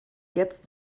jetzt